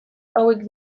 hauek